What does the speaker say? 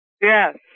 Yes